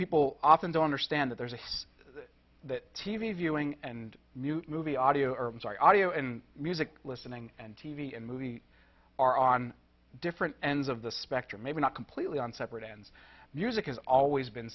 people often don't understand that there's a that t v viewing and new movie audio arms are audio and music listening and t v and movie are on different ends of the spectrum maybe not completely on separate ends music has always been